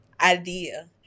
idea